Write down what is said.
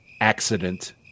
accident